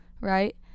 right